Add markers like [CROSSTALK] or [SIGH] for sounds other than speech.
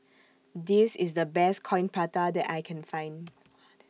This IS The Best Coin Prata that I Can Find [NOISE]